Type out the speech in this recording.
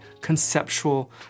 conceptual